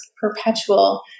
perpetual